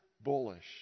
bullish